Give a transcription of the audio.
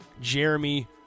Jeremy